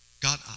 God